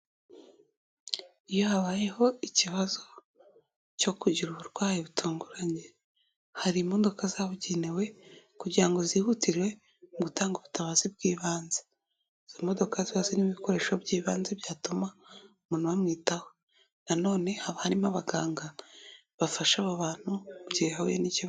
Iyo habayeho ikibazo cyo kugira uburwayi butunguranye, hari imodoka zabugenewe kugira ngo zihutire mu gutanga ubutabazi bw'ibanze. Izo modoka zose ni ibikoresho by'ibanze byatuma umuntu bamwitaho. Nanone haba harimo abaganga bafasha abo bantu igihe bahiye n'ikibazo.